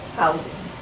housing